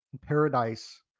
Paradise